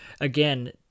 again